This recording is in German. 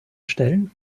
stellen